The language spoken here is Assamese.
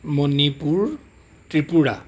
মণিপুৰ ত্ৰিপুৰা